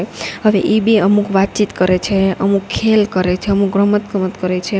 હવે ઈ બે અમુક વાતચીત કરે છે અમુક ખેલ છે અમુક રમત ગમત કરે છે